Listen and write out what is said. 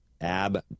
ab